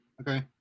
Okay